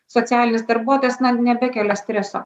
socialinis darbuotojas na nebekelia streso